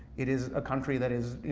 it is a country that is,